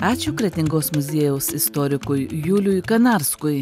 ačiū kretingos muziejaus istorikui juliui kanarskui